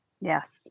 Yes